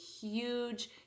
huge